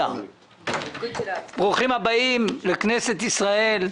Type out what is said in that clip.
ברוכים הבאים לכנסת ישראל,